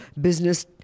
business